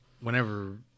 whenever